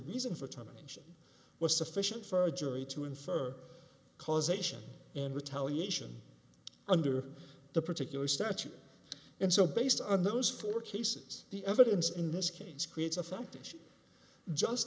reason for time attention was sufficient for a jury to infer causation in retaliation under the particular statute and so based on those four cases the evidence in this case creates a foundation just